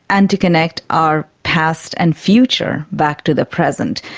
and to connect our past and future back to the present.